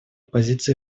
позиции